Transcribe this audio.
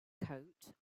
coat